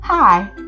Hi